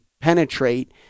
penetrate